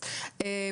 לא,